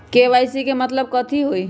KYC के मतलब कथी होई?